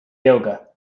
yoga